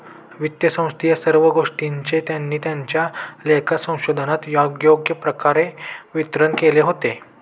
वित्तसंबंधित सर्व गोष्टींचे त्यांनी त्यांच्या लेखा संशोधनात योग्य प्रकारे विवरण केले होते